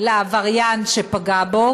לעבריין שפגע בו,